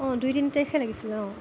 অঁ দুই তিনি তাৰিখে লাগিছিলে অঁ